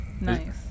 Nice